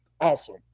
awesome